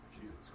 Jesus